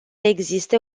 existe